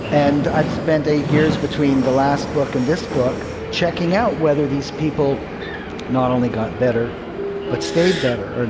and i've spent eight years between the last book and this book checking out whether these people not only got better but stayed better, and